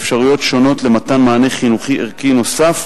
לאפשרויות שונות למתן מענה חינוכי ערכי נוסף